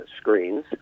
screens